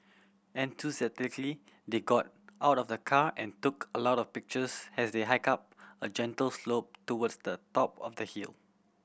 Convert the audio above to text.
enthusiastically they got out of the car and took a lot of pictures as they hike up a gentle slope towards the top of the hill